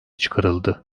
çıkarıldı